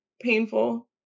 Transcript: painful